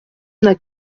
n’a